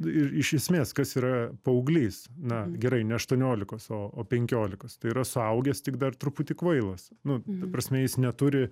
ir iš esmės kas yra paauglys na gerai ne aštuoniolikos o o penkiolikos tai yra suaugęs tik dar truputį kvailas nu ta prasme jis neturi